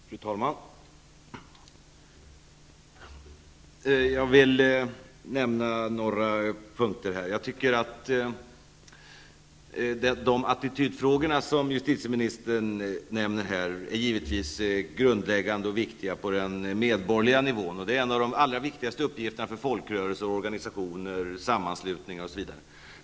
Fru talman! Jag vill beröra några punkter här. De attityder som justitieministern nämner är givetvis grundläggande och viktiga på den medborgerliga nivån och detta är en av de allra viktigaste frågorna för folkrörelser, organisationer, sammanslutningar osv.